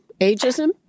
ageism